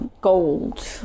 gold